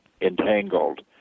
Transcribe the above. entangled